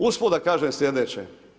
Usput da kažem slijedeće.